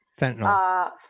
fentanyl